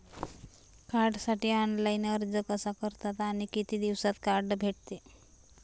कार्डसाठी ऑनलाइन अर्ज कसा करतात आणि किती दिवसांत कार्ड भेटते?